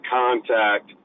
contact